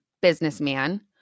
businessman